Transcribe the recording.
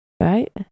right